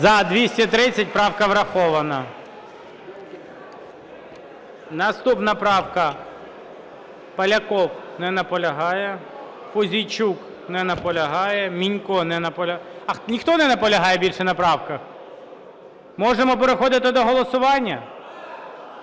За-230 Правка врахована. Наступна правка. Поляков. Не наполягає. Пузійчук. Не наполягає Мінько. Не наполягає. Ніхто не наполягає більше на правках? Можемо переходити до голосування?